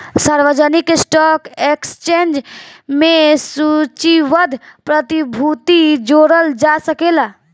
सार्वजानिक stock exchange में सूचीबद्ध प्रतिभूति जोड़ल जा सकेला